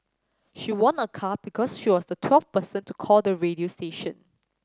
she won a car because she was the twelfth person to call the radio station